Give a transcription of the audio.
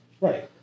right